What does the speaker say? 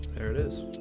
there it is,